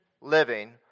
living